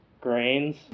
Grains